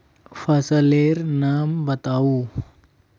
फसल लेर नाम बाताउ?